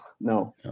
no